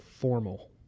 formal